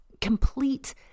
complete